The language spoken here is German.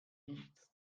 nichts